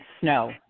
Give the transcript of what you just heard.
snow